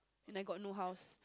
and I got no house